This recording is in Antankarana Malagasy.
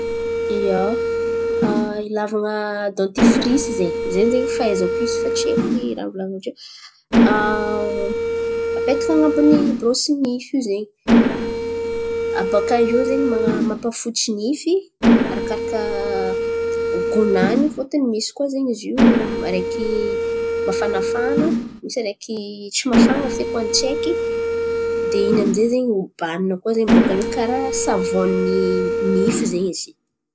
Ia, ilàvan̈a dantifirisy zen̈y, ze zen̈y fahaizako izy fa tsy haiko raha volan̈in-ndrô. Apetaka an̈abon'ny brôsy nify io zen̈y. Abôkaiô zen̈y man̈a- mampafotsy nify arakaraka gonany fôtony misy koa zen̈y izy io araiky mafanafana, misy araiky tsy mafan̈a feky ho an'ny tsaiky. De iny amy zay zen̈y obanina koa zen̈y bòka iô karà savòn ny nify zen̈y izy.